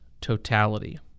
totality